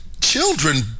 children